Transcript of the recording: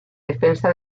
defensa